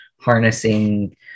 harnessing